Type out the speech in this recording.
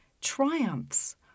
triumphs